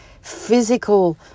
Physical